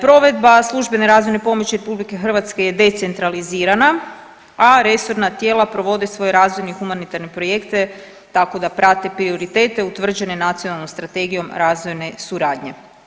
Provedbe službene razvojne pomoći RH je decentralizirana, a resorna tijela provode svoje razvojne humanitarne projekte tako da prate prioritete utvrđene nacionalnom strategijom razvojne suradnje.